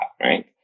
right